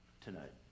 tonight